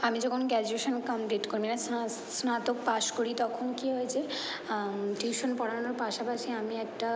আমি যখন graduation complete স্নাতক পাস করি তখন কী হয়েছে টিউশন পড়ানোর পাশাপাশি আমি একটা